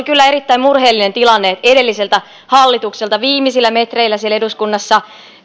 kyllä erittäin murheellinen tilanne edellisellä hallituksella viimeisillä metreillä siellä eduskunnassa